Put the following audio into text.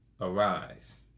arise